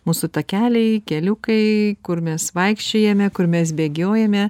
mūsų takeliai keliukai kur mes vaikščiojame kur mes bėgiojame